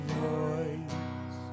voice